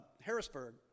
Harrisburg